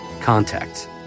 contact